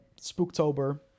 Spooktober